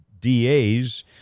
DAs